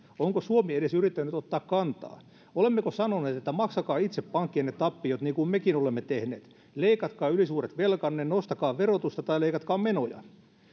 onko suomi edes yrittänyt ottaa kantaa olemmeko sanoneet että maksakaa itse pankkienne tappiot niin kuin mekin olemme tehneet leikatkaa ylisuuret velkanne nostakaa verotusta tai leikatkaa menoja